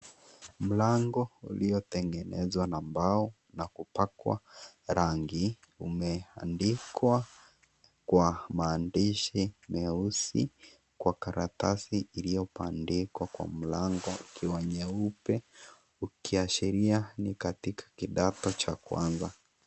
Mlango uliotengenezwa na mbao na kupakwa rangi umeandikwa kwa maandishi meusi kwa karatasi iliyobandikwa kwa mlango ukiwa nyeupe ukiashiria ni katika kidato cha kwanza.